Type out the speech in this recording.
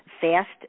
fast